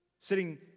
Sitting